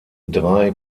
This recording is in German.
drei